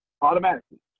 Automatically